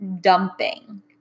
dumping